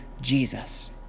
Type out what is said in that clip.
Jesus